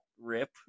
rip